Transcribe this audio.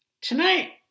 Tonight